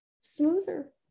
smoother